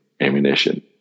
ammunition